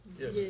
Yes